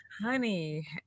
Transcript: Honey